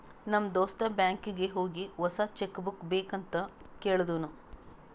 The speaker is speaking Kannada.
ನಮ್ ದೋಸ್ತ ಬ್ಯಾಂಕೀಗಿ ಹೋಗಿ ಹೊಸಾ ಚೆಕ್ ಬುಕ್ ಬೇಕ್ ಅಂತ್ ಕೇಳ್ದೂನು